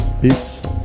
peace